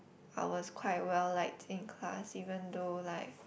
I was quite well liked in class even though like